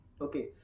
Okay